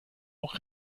auch